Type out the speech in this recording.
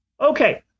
Okay